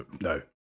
No